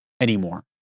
anymore